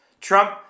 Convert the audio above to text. Trump